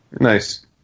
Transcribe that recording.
Nice